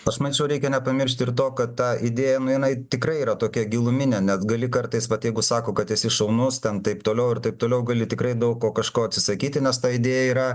aš manyčiau reikia nepamiršti ir to kad ta idėja nu jinai tikrai yra tokia giluminė net gali kartais vat jeigu sako kad esi šaunus ten taip toliau ir taip toliau gali tikrai daug ko kažko atsisakyti nes ta idėja yra